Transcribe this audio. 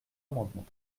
amendement